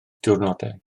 diwrnodau